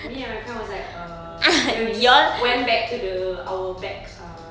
me and my friend was like err then we just went back to the our back uh